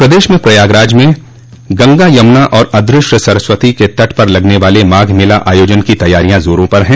प्रदेश में प्रयागराज में गंगा यमुना और अदृश्य सरस्वती के तट पर लगने वाले माघ मेला आयोजन की तैयारियां जोरों पर हैं